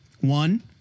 One